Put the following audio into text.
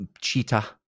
cheetah